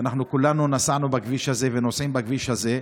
ואנחנו כולנו נסענו בכביש הזה ונוסעים בכביש הזה,